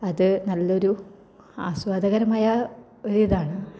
അത് നല്ലൊരു ആസ്വാദ്യകരമായ ഒരിതാണ്